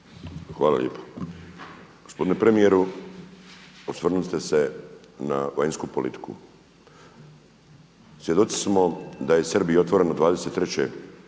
Hvala lijepo. Gospodine premijeru, osvrnuli ste se na vanjsku politiku. Svjedoci smo da je Srbiji otvoreno 23.